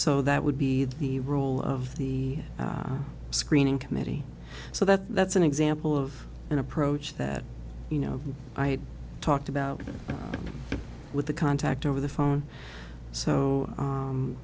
so that would be the role of the screening committee so that's an example of an approach that you know i talked about with a contact over the phone so